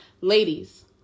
ladies